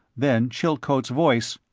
then chilcote's voice,